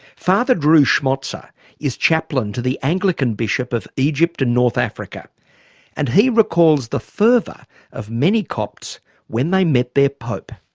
drew schmotzer is chaplain to the anglican bishop of egypt and north africa and he recalls the fervour of many copts when they met their pope.